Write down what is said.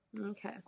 Okay